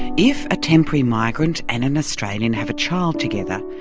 if a temporary migrant and an australian have a child together,